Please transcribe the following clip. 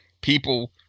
people